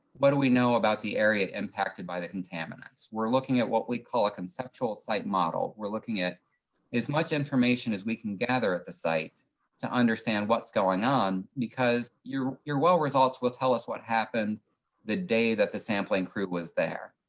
what do we know about the area impacted by the contaminants? we're looking at what we call a conceptual site model. we're looking at as much information as we can gather at the site to understand what's going on, because your your well results will tell us what happened the day that the sampling crew was there.